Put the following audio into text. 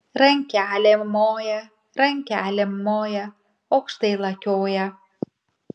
rankelėm moja rankelėm moja aukštai lakioja